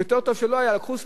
לקחו שמיכה קצרה,